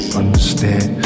understand